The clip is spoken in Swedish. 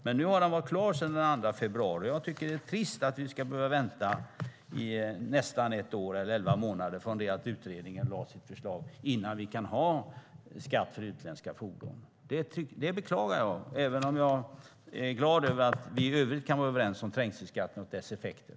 Men nu har den varit klar sedan den 2 februari, och jag tycker att det är trist att vi ska behöva vänta i elva månader från det att utredningen lade fram sitt förslag innan vi kan ha skatt för utländska fordon. Det beklagar jag, även om jag är glad över att vi i övrigt kan vara överens om trängselskatten och dess effekter.